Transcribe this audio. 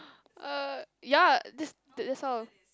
uh ya that's that's all